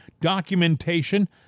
documentation